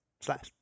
Slash